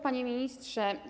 Panie Ministrze!